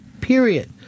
period